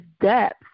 depth